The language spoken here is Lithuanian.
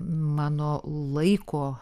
mano laiko